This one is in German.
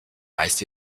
meist